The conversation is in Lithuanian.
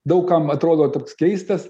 daug kam atrodo toks keistas